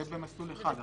זה במסלול אחד,